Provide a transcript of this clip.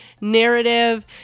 narrative